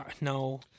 No